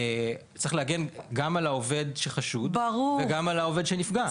צריך להגן גם על העובד שחשוד, וגם על העובד שנפגע.